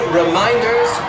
reminders